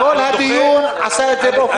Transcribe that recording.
--- הוא סוג של מעניש --- עופר, חמש דקות.